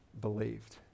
believed